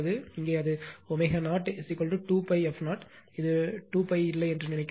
இங்கே அது ω0 ω0 2π f0 ஒரு 2π இல்லை என்று நினைக்கிறேன்